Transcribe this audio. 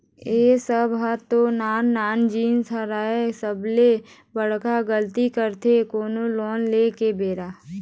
ए सब ह तो नान नान जिनिस हरय सबले बड़का गलती करथे कोनो लोन ले के बेरा